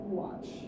watch